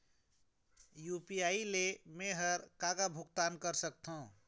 UPI ले मे हर का का भुगतान कर सकत हो?